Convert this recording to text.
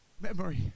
memory